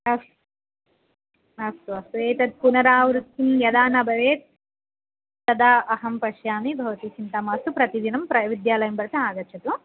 अस्तु अस्तु अस्तु एतत् पुनरावृत्तिं यदा न भवेत् तदा अहं पश्यामि भवती चिन्ता मास्तु प्रतिदिनं विद्यालयं प्रति आगच्छतु